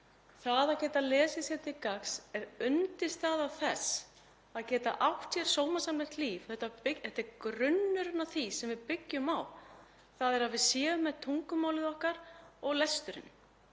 Það að geta lesið sér til gagns er undirstaða þess að geta átt hér sómasamlegt líf. Þetta er grunnurinn sem við byggjum á, að við séum með tungumálið okkar og lesturinn